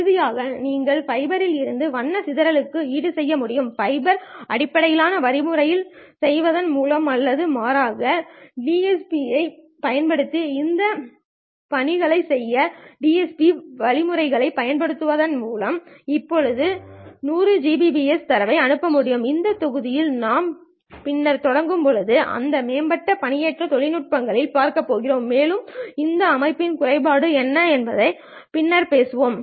இறுதியாக நீங்கள் ஃபைபரில் இருக்கும் வண்ண சிதறலுக்கு ஈடுசெய்ய முடியும் ஃபைபர் அடிப்படையிலான வழிமுறைகளுக்குச் செல்வதன் மூலம் அல்ல மாறாக DSP ஐ பயன்படுத்தி இந்த பணிகளைச் செய்ய DSP வழிமுறைகளைப் பயன்படுத்துவதன் மூலம் இப்போது 100 Gbps தரவை அனுப்ப முடியும் இந்த தொகுதியில் நாம் பின்னர் தொடங்கும்போது அந்த மேம்பட்ட பண்பேற்ற தொழில்நுட்பங்களைப் பார்க்கப் போகிறோம் மேலும் இந்த அமைப்பின் குறைபாடு என்ன என்பதைப் பற்றி பின்னர் பேசுவோம்